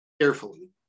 carefully